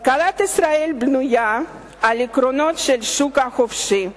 כלכלת ישראל בנויה על עקרונות של שוק חופשי.